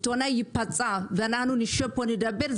עיתונאי ייפצע ואנחנו נשב פה נדבר,